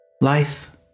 Life